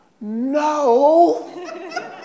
no